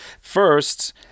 first